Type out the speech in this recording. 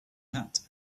hat